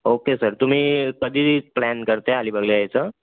okay sir तुम्ही कधी plan करत आहे अलिबागला यायचं